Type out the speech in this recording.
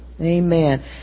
Amen